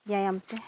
ᱵᱮᱭᱟᱢ ᱛᱮ